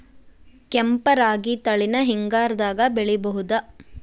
ಕೆಂಪ ರಾಗಿ ತಳಿನ ಹಿಂಗಾರದಾಗ ಬೆಳಿಬಹುದ?